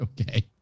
Okay